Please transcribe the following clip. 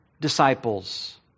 disciples